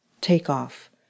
take-off